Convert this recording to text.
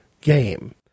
game